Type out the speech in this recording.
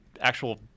actual